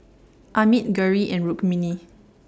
Amit Gauri and Rukmini